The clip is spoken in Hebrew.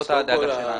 זאת הדאגה שלנו.